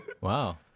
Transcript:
Wow